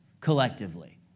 collectively